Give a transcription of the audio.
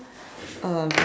um